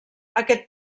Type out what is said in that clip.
aquest